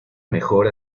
mejor